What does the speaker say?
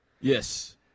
Yes